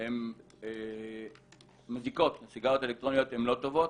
הן מזיקות, הן לא טובות.